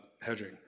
hedging